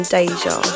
Deja